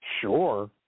Sure